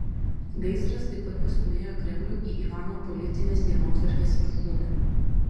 gaisras taip pat pastūmėjo kremlių į ivano politinės dienotvarkės viršūnę